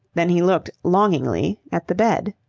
then he looked longingly at the bed.